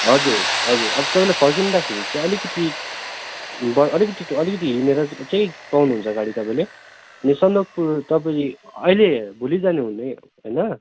हजुर हजुर अब तपाईँलाई फर्किँदाखेरि चाहिँ अलिकति अलिकति अलिकति हिँडेर चाहिँ पाउनुहुन्छ गाडी तपाईँले अनि सन्दकपुर तपाईँले अहिले भोलि जानुहुने होइन